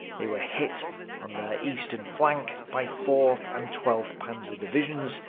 they were hit on their eastern flank by fourth and twelfth panzer divisions,